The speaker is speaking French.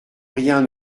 rien